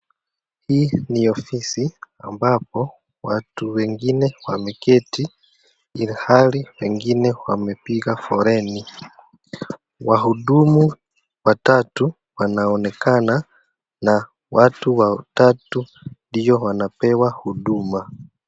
Hii ni ofisi ambapo watu wengine wameketi, ilihali wengine amepiga foleni. Wahudumu watatu wanaoneka na watu watatu ndio anapewa huduma.